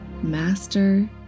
Master